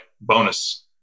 bonus